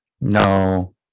No